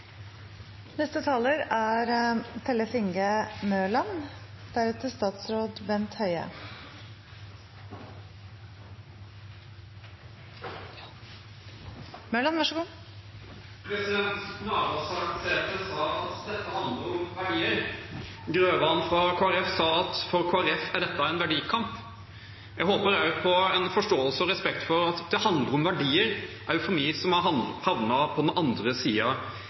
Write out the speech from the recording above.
Navarsete sa at dette handler om verdier. Grøvan fra Kristelig Folkeparti sa at for Kristelig Folkeparti er dette en verdikamp. Jeg håper også på en forståelse og respekt for at det handler om verdier, også for oss som har havnet på den andre